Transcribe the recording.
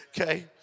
Okay